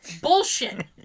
Bullshit